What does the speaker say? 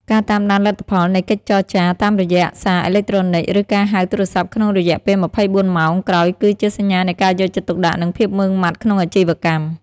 ការតាមដានលទ្ធផលនៃកិច្ចចរចាតាមរយៈសារអេឡិចត្រូនិច ឬការហៅទូរស័ព្ទក្នុងរយៈពេល ២៤ ម៉ោងក្រោយ គឺជាសញ្ញានៃការយកចិត្តទុកដាក់ និងភាពម៉ឺងម៉ាត់ក្នុងអាជីវកម្ម។